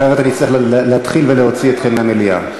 אחרת אני אצטרך להתחיל להוציא אתכם מהמליאה.